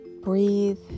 breathe